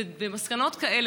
ומסקנות כאלה,